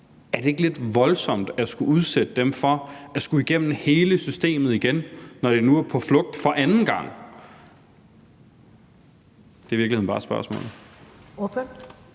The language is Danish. Er det ikke lidt voldsomt at skulle udsætte dem for at skulle igennem hele systemet igen, når de nu er på flugt for anden gang? Det er i virkeligheden bare mit spørgsmål.